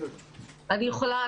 אני יכולה,